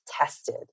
tested